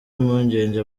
impungenge